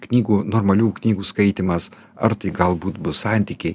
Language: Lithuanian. knygų normalių knygų skaitymas ar tai galbūt bus santykiai